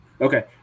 Okay